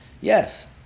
Yes